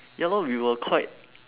ya lor we were quite